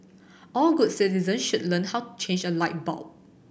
all good citizens should learn how to change a light bulb